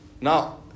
Now